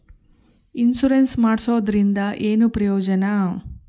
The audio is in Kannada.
ಇನ್ಸುರೆನ್ಸ್ ಮಾಡ್ಸೋದರಿಂದ ಏನು ಪ್ರಯೋಜನ?